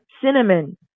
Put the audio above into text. Cinnamon